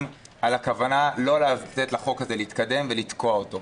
על הכוונה לא לתת לה להתקדם ולתקוע אותה.